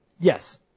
Yes